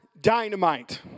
dynamite